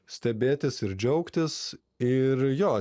stebėtis ir džiaugtis ir jo